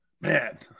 man